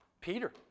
Peter